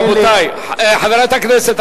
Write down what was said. רבותי חברי הכנסת,